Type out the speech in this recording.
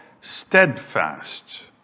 steadfast